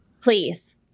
please